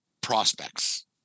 prospects